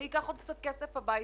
אני אקח עוד קצת כסף הביתה.